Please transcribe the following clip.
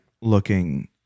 looking